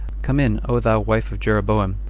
come in, o thou wife of jeroboam!